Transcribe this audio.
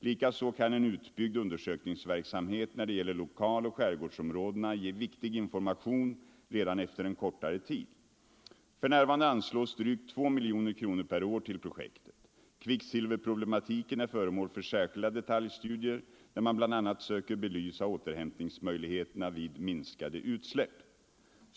Likaså kan en utbyggd undersökningsverksamhet när det gäller lokaloch skärgårdsområdena ge viktig information redan efter en kortare tid. För närvarande anslås drygt 2 miljoner kronor per år till projektet. Kvicksilverproblematiken är föremål för särskilda detaljstudier där man bl.a. söker belysa återhämtningsmöjligheterna vid minskade utsläpp.